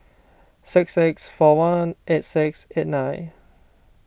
six six four one eight six eight nine